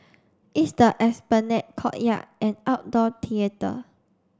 it's the Esplanade courtyard and outdoor theatre